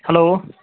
hello